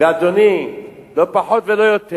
ואדוני, לא פחות ולא יותר,